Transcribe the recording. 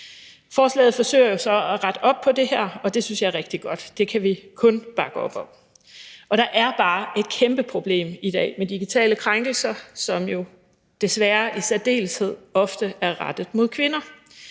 Forslaget forsøger at rette op på det, og det synes jeg er rigtig godt. Det kan vi kun bakke op om. Der er bare et kæmpeproblem i dag med digitale krænkelser, som jo desværre i særdeleshed ofte er rettet mod kvinder.